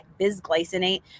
bisglycinate